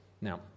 now